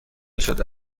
شده